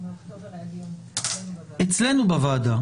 --- באוקטובר היה דיון אצלנו בוועדה.